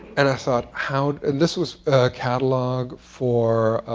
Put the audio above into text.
and i thought, how? and this was a catalog for